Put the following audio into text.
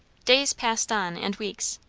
days passed on, and weeks.